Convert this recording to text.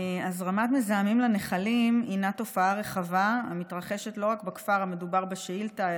הזרמת מזהמים לנחלים היא תופעה רחבה המתרחשת לא רק בכפר המדובר בשאילתה,